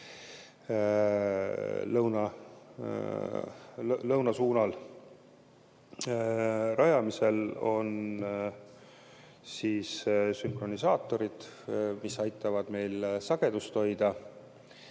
lõuna suunal. Rajamisel on sünkronisaatorid, mis aitavad meil sagedust hoida.